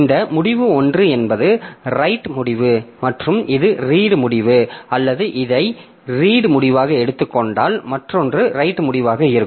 இந்த முடிவு 1 என்பது ரைட் முடிவு மற்றும் இது ரீட் முடிவு அல்லது இதை ரீட் முடிவாக எடுத்துக் கொண்டால் மற்றொன்று ரைட் முடிவாக இருக்கும்